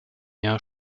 jahr